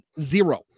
Zero